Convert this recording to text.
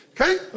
Okay